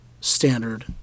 standard